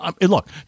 look